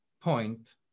point